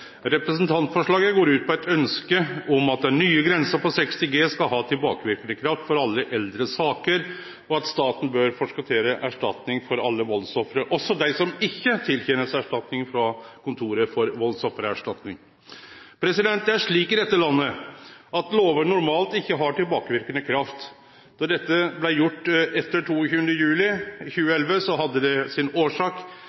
Representantforslaget går ut på eit ønske om at den nye grensa på 60 G skal ha tilbakeverkande kraft for alle eldre saker, og at staten bør forskottere erstatning for alle valdsoffer, også dei som ikkje blir tilkjende erstatning frå Kontoret for voldsoffererstatning. Det er slik i dette landet at lover normalt ikkje har tilbakeverkande kraft. Da dette blei gjort etter 22. juli 2011, hadde det si årsak i